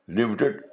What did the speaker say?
Limited